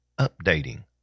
updating